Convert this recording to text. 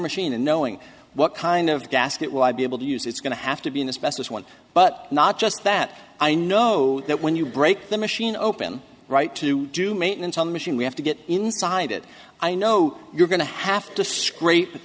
machine and knowing what kind of gasket will i be able to use it's going to have to be in a specialist one but not just that i know that when you break the machine open right to do maintenance on the machine we have to get inside it i know you're going to have to